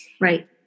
right